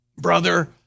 Brother